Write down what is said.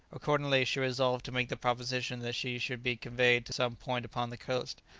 accordingly, she resolved to make the proposition that she should be conveyed to some point upon the coast,